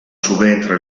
subentra